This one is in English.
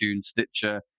Stitcher